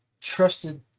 trusted